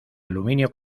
aluminio